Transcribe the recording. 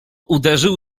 uderzył